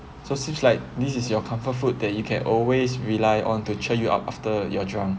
so seems like this is your comfort food that you can always rely on to cheer you up after you're drunk